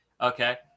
Okay